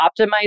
optimize